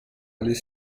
aller